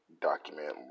document